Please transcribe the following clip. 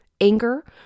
anger